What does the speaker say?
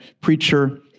preacher